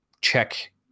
check